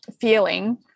feeling